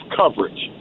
coverage